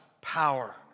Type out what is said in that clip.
power